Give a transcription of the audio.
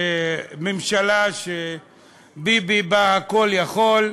ממשלה שביבי בה הכול-יכול,